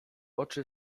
oczy